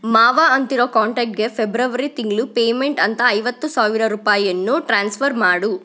ಮಾವ ಅಂತಿರೋ ಕಾಂಟ್ಯಾಕ್ಟ್ಗೆ ಫೆಬ್ರವರಿ ತಿಂಗಳು ಪೇಮೆಂಟ್ ಅಂತ ಐವತ್ತು ಸಾವಿರ ರೂಪಾಯಿಯನ್ನು ಟ್ರಾನ್ಸ್ಫರ್ ಮಾಡು